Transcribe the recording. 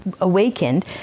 awakened